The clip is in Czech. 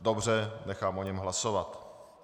Dobře, nechám o něm hlasovat.